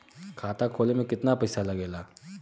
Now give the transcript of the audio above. खाता खोले में कितना पईसा लगेला?